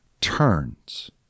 turns